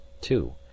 two